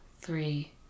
three